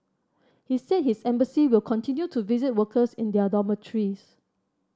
he said his embassy will continue to visit workers in their dormitories